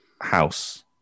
house